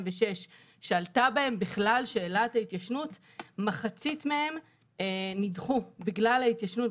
שעלתה בהם שאלת ההתיישנות מחצית מהם נדחו בגלל ההתיישנות.